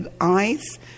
eyes